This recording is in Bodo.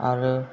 आरो